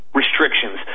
restrictions